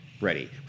ready